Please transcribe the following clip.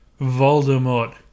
Voldemort